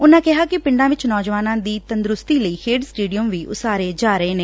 ਉਨੁਾਂ ਕਿਹਾ ਕਿ ਪਿੰਡਾਂ ਵਿਚ ਨੌਜਵਾਨਾਂ ਦੀ ਤੰਦਰੁਸਤੀ ਲਈ ਖੇਡ ਸਟੇਡੀਅਮ ਵੀ ਉਸਾਰੇ ਜਾ ਰਹੇ ਨੇ